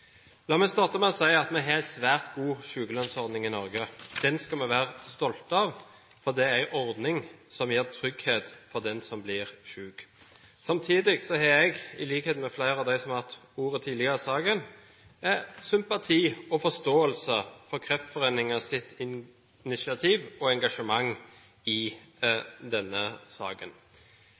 La meg starte med å si at vi har en svært god sykelønnsordning i Norge. Den skal vi være stolte av, for det er en ordning som gir trygghet for den som blir syk. Samtidig har jeg, i likhet med flere av dem som har hatt ordet tidligere i saken, sympati og forståelse for Kreftforeningens initiativ og engasjement i denne saken.